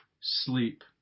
sleep